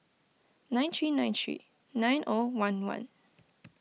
nine three nine three nine O one one